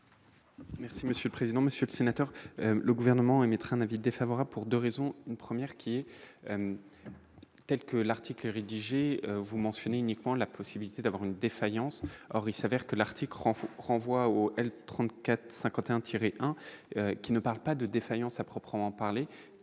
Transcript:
Merci monsieur le président, Monsieur le Sénateur, le gouvernement émettre un avis défavorable pour 2 raisons : une première qui quelque Lartigue et rédigé, vous mentionnez uniquement la possibilité d'avoir une défaillance, or il s'avère que l'Artic renfort renvoie au elle 34 51 tirer un qui ne parle pas de défaillance à proprement parler